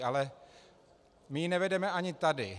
Ale my ji nevedeme ani tady.